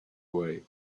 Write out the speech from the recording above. away